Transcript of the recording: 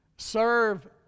Serve